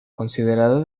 considerado